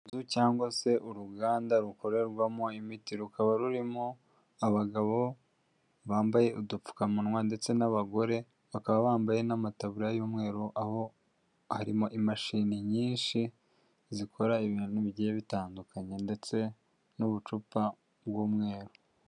Inzu cyangwa se uruganda rukorerwamo imiti, rukaba rurimo abagabo bambaye udupfukamunwa ndetse n'abagore, bakaba bambaye n'amataburiya y'umweru, aho harimo imashini nyinshi zikora ibintu bigiye bitandukanye ndetse n'ubucupa bw'umweru.